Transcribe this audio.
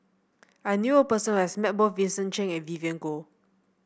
I knew a person who has met both Vincent Cheng and Vivien Goh